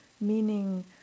meaning